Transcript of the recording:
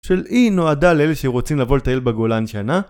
של אי נועדה לאלה שרוצים לבוא לטייל בגולן שנה?